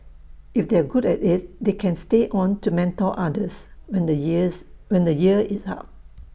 if they are good at IT they can stay on to mentor others when the years when the year is up